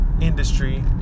industry